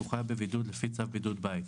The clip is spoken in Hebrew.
והוא חייב בבידוד לפי צו בידוד בית.